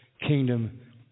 kingdom